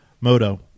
Moto